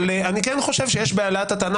אבל אני כן חושב שיש בהעלאת הטענה,